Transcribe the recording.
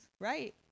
right